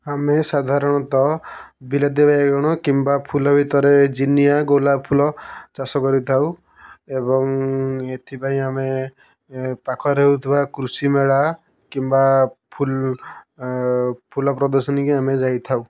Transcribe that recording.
ଆମେ ସାଧାରଣତଃ ବିଲାତି ବାଇଗଣ କିମ୍ବା ଫୁଲ ଭିତରେ ଜିନିଆ ଗୋଲାପ ଫୁଲ ଚାଷ କରିଥାଉ ଏବଂ ଏଥିପାଇଁ ଆମେ ଏ ପାଖରେ ହଉଥିବା କୃଷି ମେଳା କିମ୍ବା ଫୁଲ ଫୁଲ ପ୍ରଦର୍ଶନୀକି ଆମେ ଯାଇଥାଉ